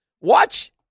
Watch